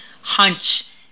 hunch